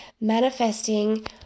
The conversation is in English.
manifesting